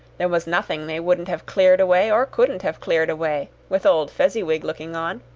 there was nothing they wouldn't have cleared away, or couldn't have cleared away, with old fezziwig looking on.